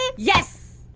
yes,